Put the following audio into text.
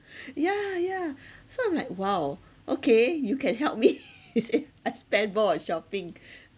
yeah yeah so I'm like !wow! okay you can help me it say I spend more on shopping